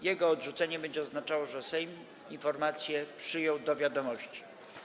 Jego odrzucenie będzie oznaczało, że Sejm informację przyjął do wiadomości.